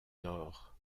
nord